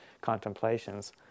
contemplations